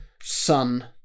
sun